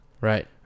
Right